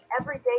everyday